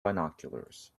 binoculars